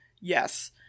Yes